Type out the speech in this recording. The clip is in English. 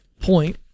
point